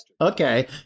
Okay